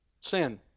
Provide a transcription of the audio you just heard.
Sin